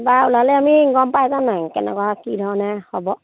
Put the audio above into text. বা ওলালে আমি গম পাই যাম নাই কেনেকুৱা কি ধৰণে হ'ব